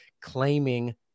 claiming